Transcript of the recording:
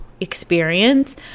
experience